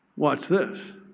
watch this.